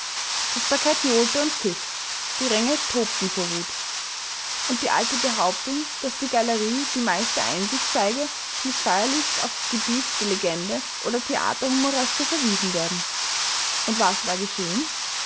das parkett johlte und pfiff die ränge tobten vor wut und die alte behauptung daß die galerie die meiste einsicht zeige muß feierlichst auf das gebiet der legende oder theaterhumoreske verwiesen werden und was war geschehen